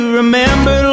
remember